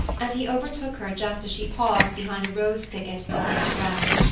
and he overtook her just as she paused behind a rose thicket to take breath.